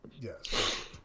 Yes